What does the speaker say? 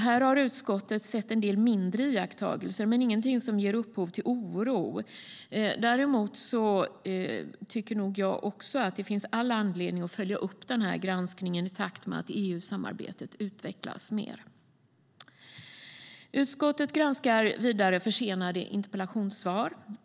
Här har utskottet gjort en del mindre iakttagelser, men ingenting som ger upphov till oro. Däremot tycker också jag att det finns all anledning att följa upp granskningen i takt med att EU-samarbetet utvecklas. Vidare granskar utskottet försenade interpellationssvar.